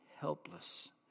helpless